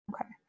Okay